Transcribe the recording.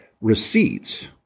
receipts